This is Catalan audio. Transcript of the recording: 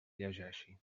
llegeixi